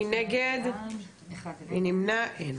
2 נגד, 1 נמנעים, אין